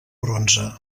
bronze